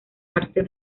arte